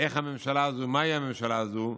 איך הממשלה הזו ומהי הממשלה הזו,